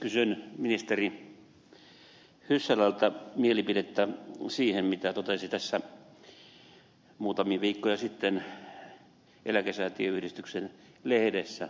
kysyn ministeri hyssälältä mielipidettä siihen mitä totesi tässä muutamia viikkoja sitten eläkesäätiöyhdistyksen lehdessä